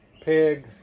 pig